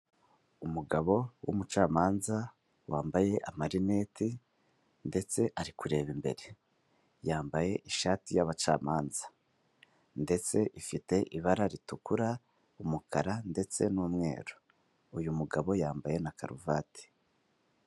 Umugabo w'umucamanza wambaye amarinete ndetse ari kureba imbere, yambaye ishati y'abacamanza ndetse ifite ibara ritukura, umukara ndetse n'umweru, uyu mugabo yambaye na karuvati.